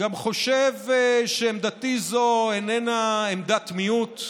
גם חושב שעמדתי זו איננה עמדת מיעוט.